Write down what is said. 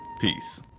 Peace